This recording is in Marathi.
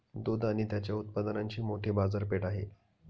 दूध आणि त्याच्या उत्पादनांची मोठी बाजारपेठ आहे